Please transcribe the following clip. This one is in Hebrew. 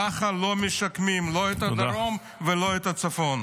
ככה לא משקמים לא את הדרום ולא את הצפון.